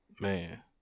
man